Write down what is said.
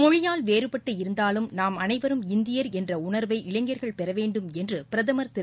மொழியால் வேறுபட்டு இருந்தாலும் நாம் அனைவரும் இந்தியர் என்ற உணர்வை இளைஞர்கள் பெறவேண்டும் பிரதமர் என்று திரு